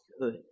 good